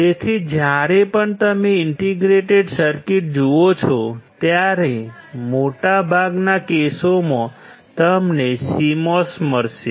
તેથી જ્યારે પણ તમે ઇન્ટિગ્રેટેડ સર્કિટ્સ જુઓ છો ત્યારે મોટાભાગના કેસોમાં તમને CMOS મળશે